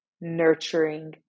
nurturing